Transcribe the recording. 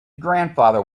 grandfather